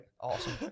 Awesome